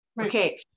Okay